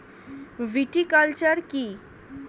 Viticulture কী?